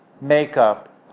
makeup